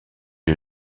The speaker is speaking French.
est